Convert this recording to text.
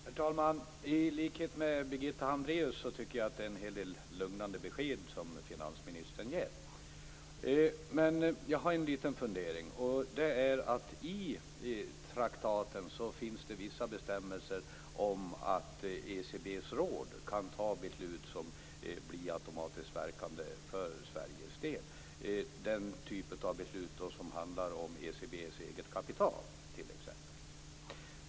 Herr talman! I likhet med Birgitta Hambraeus tycker jag att det är en hel del lugnande besked som finansministern ger. Men jag har en liten fundering. I traktaten finns det vissa bestämmelser om att ECB:s råd kan fatta beslut som blir automatiskt verkande för Sveriges del. Det rör sig t.ex. om den typ av beslut som handlar om ECB:s eget kapital.